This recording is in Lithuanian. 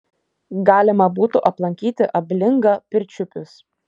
galima būtų aplankyti ablingą pirčiupius